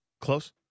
Close